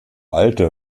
alte